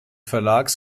verlags